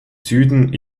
süden